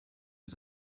are